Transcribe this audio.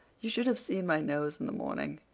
you should have seen my nose in the morning.